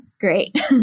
Great